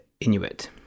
Inuit